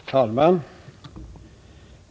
Herr talman!